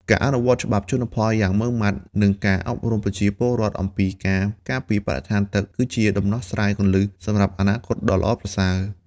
ការអនុវត្តន៍ច្បាប់ជលផលយ៉ាងម៉ឺងម៉ាត់ និងការអប់រំប្រជាពលរដ្ឋអំពីការការពារបរិស្ថានទឹក គឺជាដំណោះស្រាយគន្លឹះសម្រាប់អនាគតដ៏ល្អប្រសើរ។